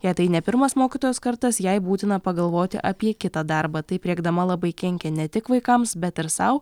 jei tai ne pirmas mokytojos kartas jai būtina pagalvoti apie kitą darbą taip rėkdama labai kenkia ne tik vaikams bet ir sau